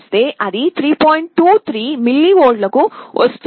23 మిల్లీవోల్ట్లకు వస్తుంది